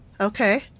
Okay